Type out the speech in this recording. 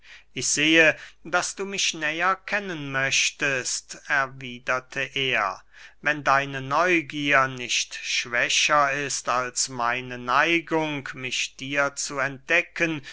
ich sehe daß du mich näher kennen möchtest erwiederte er wenn deine neugier nicht schwächer ist als meine neigung mich dir zu entdecken